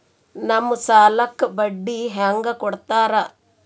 ನಮ್ ಸಾಲಕ್ ಬಡ್ಡಿ ಹ್ಯಾಂಗ ಕೊಡ್ತಾರ?